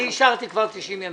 אני אישרתי כבר 90 ימים.